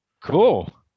cool